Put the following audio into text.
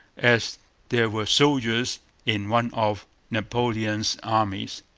as there were soldiers in one of napoleon's armies,